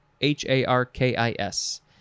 H-A-R-K-I-S